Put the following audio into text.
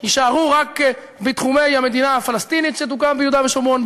יישארו רק בתחומי המדינה הפלסטינית שתוקם ביהודה ושומרון.